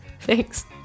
thanks